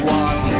one